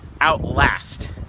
outlast